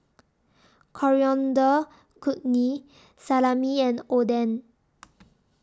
Coriander Chutney Salami and Oden